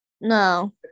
No